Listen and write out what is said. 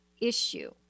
issue